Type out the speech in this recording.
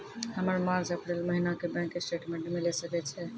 हमर March April महीना के बैंक स्टेटमेंट मिले सकय छै?